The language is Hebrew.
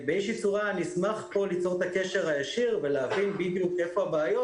אשמח ליצור קשר ישיר ולהבין בדיוק איפה הבעיות